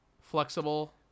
Flexible